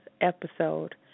episode